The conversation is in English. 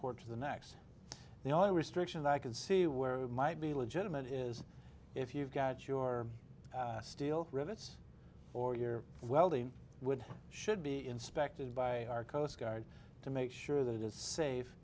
to the next the only restriction i can see where it might be legitimate is if you've got your steel rivets or your welding wood should be inspected by our coast guard to make sure that it is safe